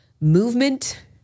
movement